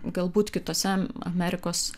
galbūt kitose amerikos